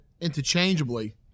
interchangeably